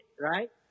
right